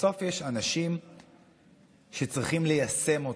בסוף יש אנשים שצריכים ליישם אותה,